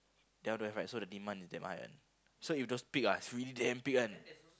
they all don't have ride so the demand is damn high one so if those peak is really damn big one